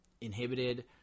inhibited